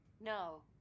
No